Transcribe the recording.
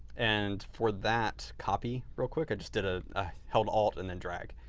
and for that copy real quick, i just did a i held alt and then drag.